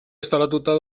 instalatuta